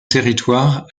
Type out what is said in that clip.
territoire